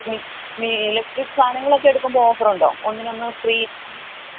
മി മി ഇലക്ട്രിക് സാധനങ്ങളൊക്കെ എടുക്കുമ്പം ഓഫറൊണ്ടോ ഒന്നിനൊന്ന് ഫ്രീ